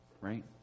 right